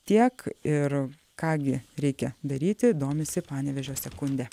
tiek ir ką gi reikia daryti domisi panevėžio sekundė